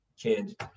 kid